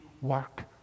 work